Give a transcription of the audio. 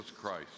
Christ